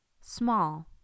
small